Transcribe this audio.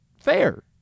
Fair